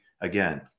again